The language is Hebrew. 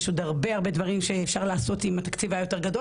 יש עוד הרבה דברים שאפשר היה לעשות אם התקציב היה יותר גדול,